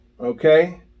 Okay